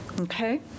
Okay